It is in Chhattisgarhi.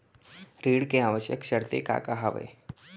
ऋण के आवश्यक शर्तें का का हवे?